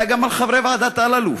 אלא גם על חברי ועדת אלאלוף,